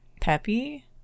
Peppy